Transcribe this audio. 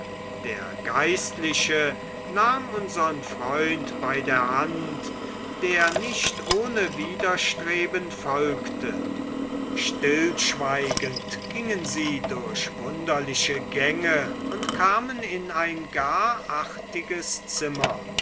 der geistliche nahm unsern freund bei der hand der nicht ohne widerstreben folgte stillschweigend gingen sie durch wunderliche gänge und kamen in ein gar artiges zimmer